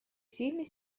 сильный